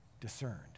discerned